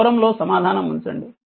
ఫోరమ్లో సమాధానం ఉంచండి